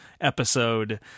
episode